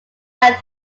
out